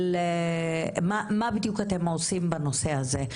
מה בדיוק אתם עושים בנושא הזה.